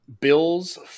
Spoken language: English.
Bills